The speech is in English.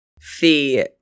Fee